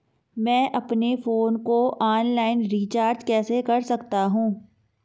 मैं अपने फोन को ऑनलाइन रीचार्ज कैसे कर सकता हूं?